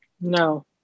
No